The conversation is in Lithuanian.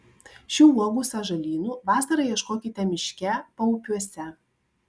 šių uogų sąžalynų vasarą ieškokite miške paupiuose